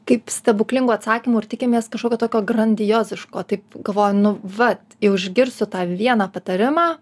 kaip stebuklingų atsakymų ir tikimės kažkokio tokio grandioziško taip galvoju nu va jau išgirsiu tą vieną patarimą